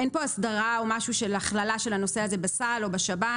אין פה הסדרה או משהו של הכללה של הנושא הזה בסל או בשב"ן.